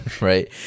right